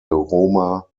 roma